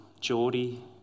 Geordie